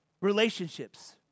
Relationships